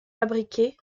fabriqués